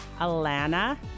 Alana